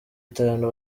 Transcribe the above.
itanu